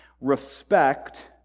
respect